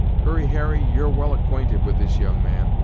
hurry harry, you're well acquainted with this young man,